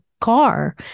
car